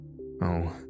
Oh